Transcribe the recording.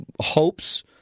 hopes